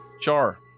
Char